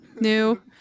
new